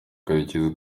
karekezi